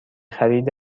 خرید